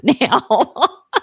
now